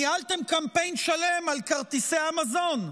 ניהלתם קמפיין שלם על כרטיסי המזון.